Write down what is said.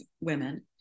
women